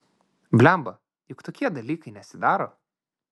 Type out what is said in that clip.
blemba juk tokie dalykai nesidaro